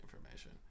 information